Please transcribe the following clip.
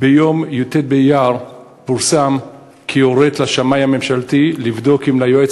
ביום י"ט באייר פורסם כי הורית לשמאי הממשלתי לבדוק אם ליועץ